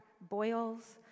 boils